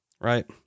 right